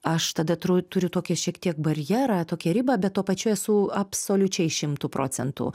aš tada tru turiu tokią šiek tiek barjerą tokią ribą bet tuo pačiu esu absoliučiai šimtu procentų